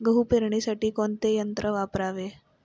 गहू पेरणीसाठी कोणते यंत्र वापरावे?